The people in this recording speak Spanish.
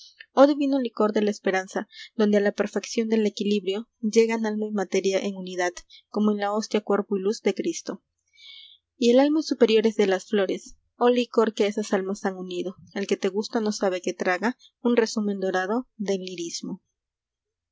oh divino licor de la esperanza donde a la perfección del equilibrio llegan alma y materia en unidad como en la hostia cuerpo y luz de cristo y el alma superior es de las flores oh licor que esas almas has unido el que té gusta no sabe que traga un resumen dorado